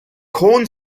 corn